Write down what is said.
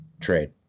trade